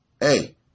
hey